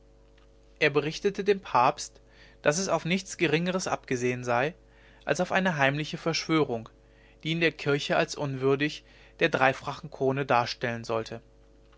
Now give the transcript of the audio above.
er berichtete dem papst daß es auf nichts geringeres abgesehen sei als auf eine heimliche verschwörung die ihn der kirche als unwürdig der dreifachen krone darstellen sollte